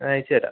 അയച്ചു തരാം